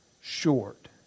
short